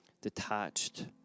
detached